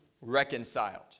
reconciled